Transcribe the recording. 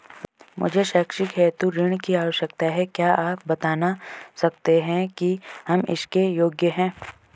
मुझे शैक्षिक हेतु ऋण की आवश्यकता है क्या आप बताना सकते हैं कि हम इसके योग्य हैं?